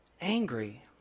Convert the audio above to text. angry